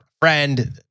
friend